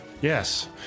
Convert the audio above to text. Yes